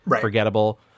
forgettable